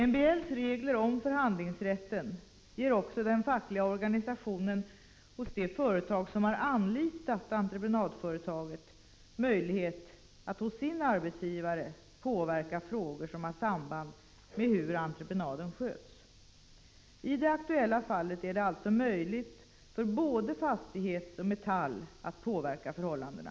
MBL:s regler om förhandlingsrätten ger också den fackliga organisationen hos det företag som har anlitat entreprenadföretaget möjlighet att hos sin arbetsgivare påverka frågor som har samband med hur entreprenaden sköts. I det aktuella fallet är det alltså möjligt för både Fastighets och Metall att påverka förhållandena.